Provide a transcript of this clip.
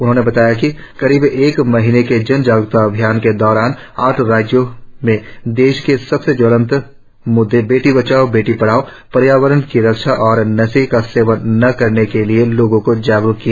उन्होंने बताया कि करीब एक महीने के जन जागरुकता अभियान के दौरान आठ राज्यों में देश के सबसे ज्वलंत मुद्दे बेटी बचाओं बेटी पढ़ाओं पर्यावरण की रक्षा और नशे का सेवन न करने के लिए लोगों को जागरुक किया